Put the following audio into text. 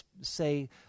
say